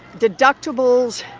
deductibles,